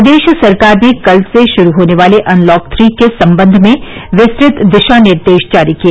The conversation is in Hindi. प्रदेश सरकार ने कल से शुरू होने वाले अनलॉक थ्री के सम्बंध में विस्तृत दिशा निर्देश जारी किए